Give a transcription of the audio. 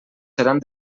seran